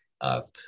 up